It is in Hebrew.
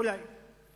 אולי, אולי.